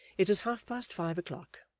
it is half-past five o'clock,